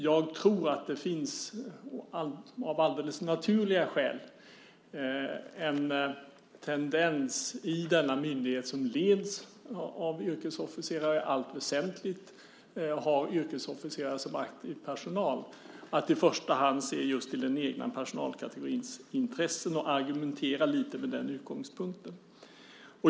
Jag tror att det finns, av alldeles naturliga skäl, en tendens i denna myndighet som leds av yrkesofficerare i allt väsentligt och har yrkesofficerare som aktiv personal, att i första hand se just till den egna personalkategorins intressen och argumentera lite med den utgångspunkten.